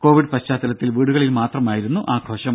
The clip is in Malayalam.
കോവിഡ് പശ്ചാത്തലത്തിൽ വീടുകളിൽ മാത്രമായിരുന്നു ആഘോഷം